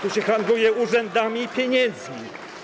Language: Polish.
Tu się handluje urzędami i pieniędzmi.